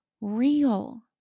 real